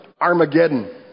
Armageddon